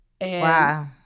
Wow